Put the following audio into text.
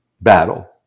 battle